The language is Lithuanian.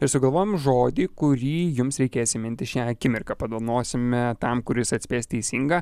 ir sugalvojom žodį kurį jums reikės įminti šią akimirką padovanosime tam kuris atspės teisingą